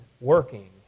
working